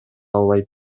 албайт